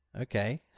okay